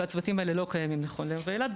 והצוותים האלה לא קיימים נכון להיום באילת,